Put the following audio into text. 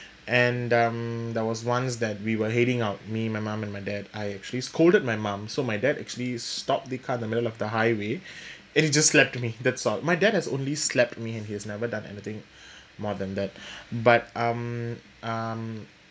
and um there was once that we were heading out me my mum and my dad I actually scolded my mum so my dad actually stop the car in the middle of the highway and he just slapped me that's all my dad has only slapped me and he has never done anything more than that but um um